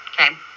okay